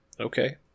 Okay